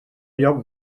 lloc